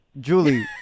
Julie